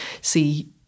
see